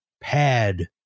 pad